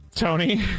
Tony